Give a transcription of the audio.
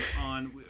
on